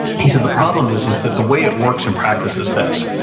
he said, the problem is is that the way it works in practice is this.